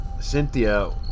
Cynthia